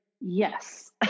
yes